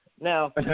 Now